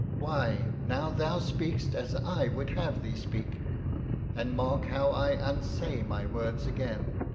why, now thou speakst as i would have thee speak and mark how i unsay my words again.